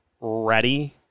ready